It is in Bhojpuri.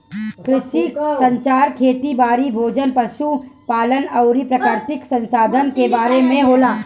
कृषि संचार खेती बारी, भोजन, पशु पालन अउरी प्राकृतिक संसधान के बारे में होला